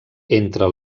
entre